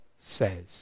says